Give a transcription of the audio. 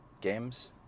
games